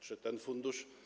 Czy ten fundusz.